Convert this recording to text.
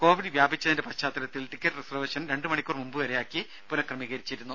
Covid വ്യാപിച്ചതിന്റെ പശ്ചാത്തലത്തിൽ ticket reservation രണ്ടു മണിക്കൂർ മുൻപു വരെയാക്കി പുനക്രമീകരിച്ചിരുന്നു